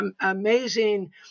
amazing